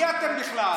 מי אתם בכלל?